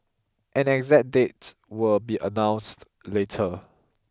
an exact date will be announced later